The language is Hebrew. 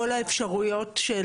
אבל זו דעתכם.